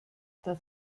das